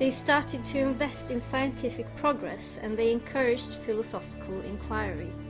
they started to invest in scientific progress, and they encouraged philosophical inquiry